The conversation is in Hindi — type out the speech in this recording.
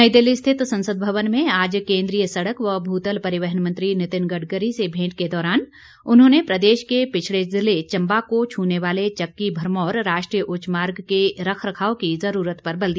नई दिल्ली स्थित संसद भवन में आज केन्द्रीय सड़क व भूतल परिवहन मंत्री नितिन गडकरी से मेंट के दौरान उन्होंने प्रदेश के पिछड़े जिले चंबा को छूने वाला चक्की भरमौर राष्ट्रीय उच्च मार्ग के रखरखाव की जरूरत पर बल दिया